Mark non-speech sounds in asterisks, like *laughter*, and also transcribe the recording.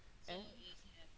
mm *breath*